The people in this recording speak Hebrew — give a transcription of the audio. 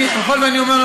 אני יכול לומר,